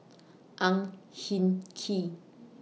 Ang Hin Kee